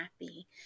happy